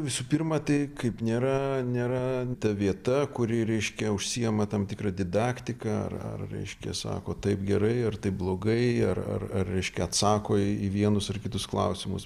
visų pirma tai kaip nėra nėra vieta kuri reiškia užsiima tam tikra didaktika ar ar reiškia sako tai gerai ar tai blogai ar ar ar reiškia atsako į vienus ar į kitus klausimus